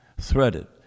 threaded